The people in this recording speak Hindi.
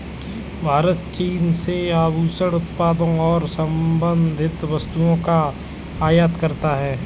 भारत चीन से आभूषण उत्पादों और संबंधित वस्तुओं का आयात करता है